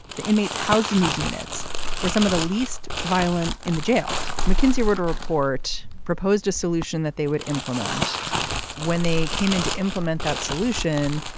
the inmates housed in these units were some of the least violent in the jail. mckinsey wrote a report proposed a solution that they would implement when they came in to implement that solution.